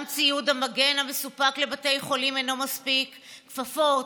גם ציוד המגן המסופק לבתי חולים אינו מספיק: כפפות,